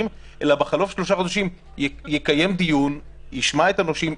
אלא בחלוף שלושה חודשים יקיים דיון וישמע את הנושים.